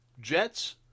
Jets